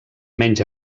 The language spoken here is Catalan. menys